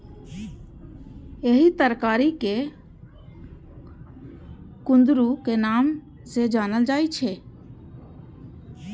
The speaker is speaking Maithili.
एहि तरकारी कें कुंदरू के नाम सं जानल जाइ छै